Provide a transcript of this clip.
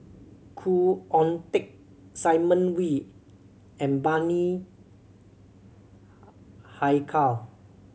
Khoo Oon Teik Simon Wee and Bani Haykal